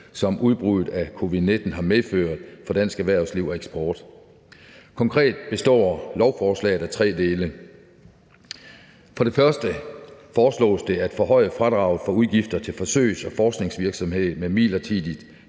som udbruddet af covid-19 har medført for dansk erhvervsliv og eksport. Konkret består lovforslaget af tre dele. For det første foreslås det at forhøje fradraget for udgifter til forsøgs- og forskningsvirksomhed midlertidigt